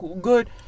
good